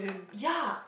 ya